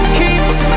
keeps